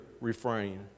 refrain